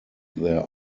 their